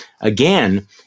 again